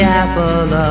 apple